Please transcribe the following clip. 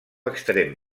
extrem